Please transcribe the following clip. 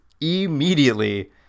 immediately